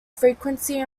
frequency